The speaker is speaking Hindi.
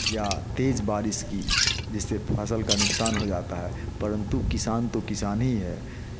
या तेज बारिश की जिससे फसल का नुकसान हो जाता है परंतु किसान तो किसान ही है